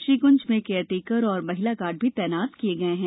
she कुंज में care taker व महिला गार्ड भी तैनात किये गये है